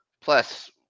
Plus